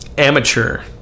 Amateur